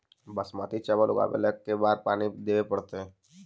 बासमती चावल उगावेला के बार पानी देवे पड़तै?